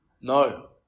No